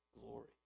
glory